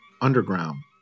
Underground